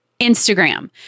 Instagram